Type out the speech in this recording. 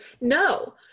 No